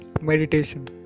meditation